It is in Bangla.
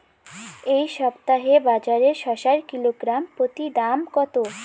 এই সপ্তাহে বাজারে শসার কিলোগ্রাম প্রতি দাম কত?